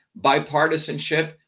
bipartisanship